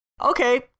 Okay